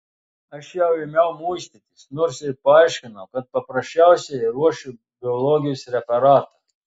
aš jau ėmiau muistytis nors ir paaiškinau kad paprasčiausiai ruošiu biologijos referatą